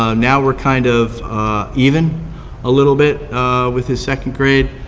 ah now we're kind of even a little bit with the second grade.